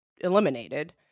eliminated